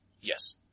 Yes